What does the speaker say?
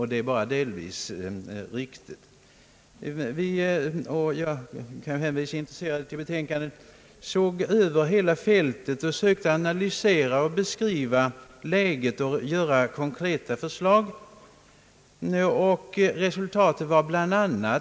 Vi — jag kan härvidlag hänvisa intresserade personer till betänkandet — såg över hela fältet och försökte analysera och beskriva läget samt utarbeta konkreta förslag. Resultatet blev bl.a.